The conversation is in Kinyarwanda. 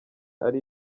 ari